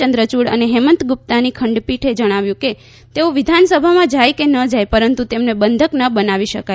ચંદ્રયુડ અને હેમંત ગુપ્તાની ખંડપીઠે જણાવ્યું કે તેઓ વિધાનસભામાં જાય કે ન જાય પરંતુ તેમને બંધક ન બનાવી શકાય